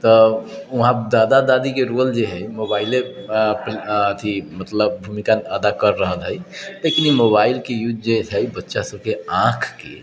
तऽ वहाँ दादा दादी के रोल जे है मोबाइले अथी मतलब भूमिका अदा कर रहल है लेकिन ई मोबाइल के यूज जे है बच्चा सबके आँख के